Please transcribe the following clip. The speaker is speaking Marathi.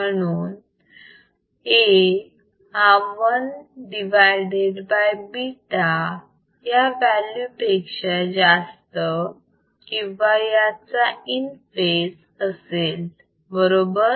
म्हणून A हा 1β या व्हॅल्यू पेक्षा जास्त किंवा याचा इन फेज असेल बरोबर